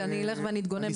ואני אתגונן בשמחה.